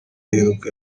iheruka